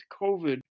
COVID